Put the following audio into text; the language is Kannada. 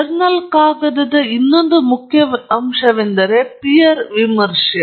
ಜರ್ನಲ್ ಕಾಗದದ ಇನ್ನೊಂದು ಮುಖ್ಯ ಅಂಶವೆಂದರೆ ಅದು ಪೀರ್ ವಿಮರ್ಶೆ